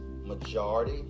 majority